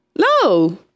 No